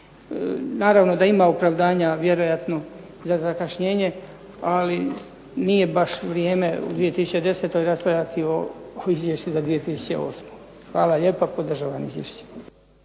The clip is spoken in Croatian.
Naravno da ima opravdanja vjerojatno za zakašnjenje, ali nije baš vrijeme u 2010. raspravljati o Izvješću za 2008. Hvala lijepa, podržavam izvješće.